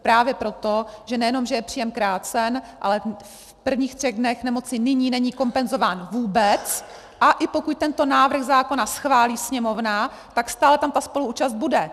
Právě proto, že nejenže je příjem krácen, ale v prvních třech dnech nemoci nyní není kompenzován vůbec, a i pokud tento návrh zákona schválí Sněmovna, tak stále tam ta spoluúčast bude.